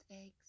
eggs